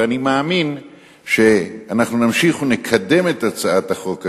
ואני מאמין שאנחנו נמשיך ונקדם את הצעת החוק הזאת,